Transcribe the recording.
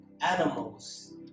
animals